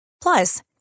Plus